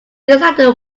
decided